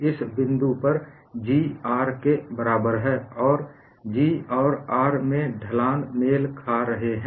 इस बिंदु पर G R के बराबर है और G और R के ढलान मेल खा रहे हैं